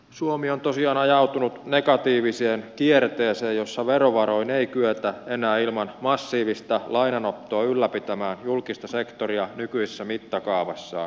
suomi on tosiaan ajautunut negatiiviseen kierteeseen jossa verovaroin ei kyetä enää ilman massiivista lainanottoa ylläpitämään julkista sektoria nykyisessä mittakaavassaan